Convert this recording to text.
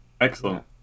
Excellent